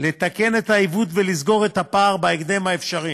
לתקן את העיוות ולסגור את הפער בהקדם האפשרי,